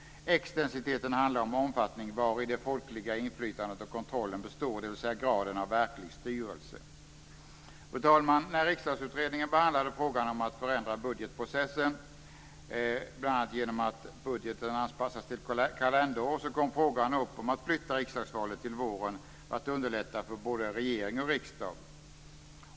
Extensiteten handlar om omfattningen vari det folkliga inflytandet och kontrollen består, dvs. graden av verklig styrelse. Fru talman! När Riksdagsutredningen behandlade frågan om att förändra budgetprocessen, bl.a. genom att budgeten anpassas till kalenderår, kom frågan upp om att flytta riksdagsvalet till våren för att underlätta för både regering och riksdag.